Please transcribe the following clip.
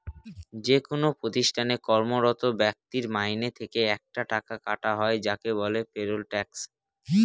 যেকোনো প্রতিষ্ঠানে কর্মরত ব্যক্তির মাইনে থেকে একটা টাকা কাটা হয় যাকে বলে পেরোল ট্যাক্স